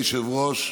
אדוני היושב-ראש,